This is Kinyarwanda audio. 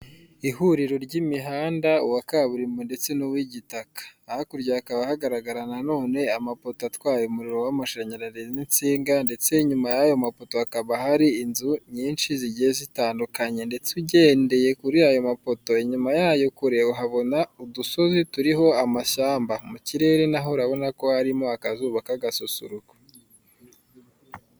Ihuriro ry'imihanda uwa kaburimbo ndetse n'uw'igitaka, hakurya hakaba hagaragara nanone amapoto atwaye umuriro w'amashanyarazi n'insinga ndetse inyuma y'ayo mapoto hakaba hari inzu nyinshi zigiye zitandukanye ndetse ugendeye kuri ayo mapoto, inyuma yayo kure uhabona udusozi turiho amashyamba, mu kirere naho urabona ko harimo akazuba k'agasusuruko.